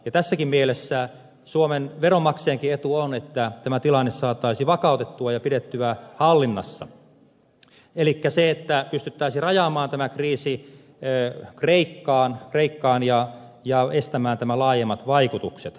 tässäkin mielessä suomen veronmaksajienkin etu on että tämä tilanne saataisiin vakautettua ja pidettyä hallinnassa elikkä pystyttäisiin rajaamaan tämä kriisi kreikkaan ja estämään tämän laajemmat vaikutukset